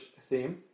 theme